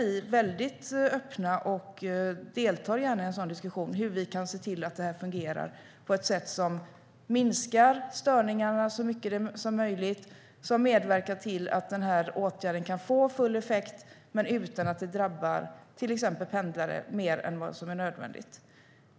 Vi är väldigt öppna och deltar gärna i en sådan diskussion om hur vi kan se till att detta fungerar på ett sätt som minskar störningarna så mycket som möjligt och som medverkar till att åtgärden kan få full effekt utan att det drabbar till exempel pendlare mer än nödvändigt.